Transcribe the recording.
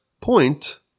point